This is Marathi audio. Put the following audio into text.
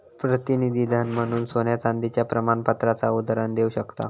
प्रतिनिधी धन म्हणून सोन्या चांदीच्या प्रमाणपत्राचा उदाहरण देव शकताव